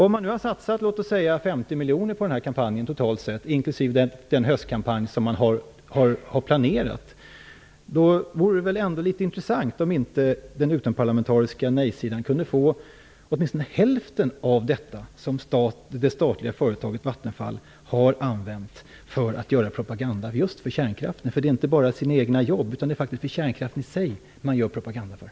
Om man nu, inklusive den höstkampanj som har planerats, har satsat låt oss säga totalt sett 50 miljoner på den här kampanjen, då borde väl den utomparlamentariska nej-sidan kunna få åtminstone hälften av den summa som det statliga företaget Vattenfall har använt för att göra propaganda just för kärnkraften? Det gäller inte bara de egna jobben, utan man gör faktiskt propaganda för kärnkraften i sig.